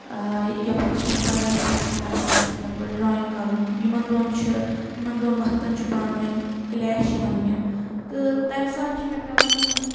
یَپٲر چھِ مےٚ پَڑٲے پَنٕنۍ تہِ آسان تہٕ یَپٲر ڈرایِنٛگ کرُن یِمن دۄن چھِ یِمن دۄن وقتن چُھ پانہٕ ؤنۍ کٕلیش یِوان مےٚ تہٕ تَمہِ ساتہٕ چُھ مےٚ پیٚوان